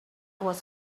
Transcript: was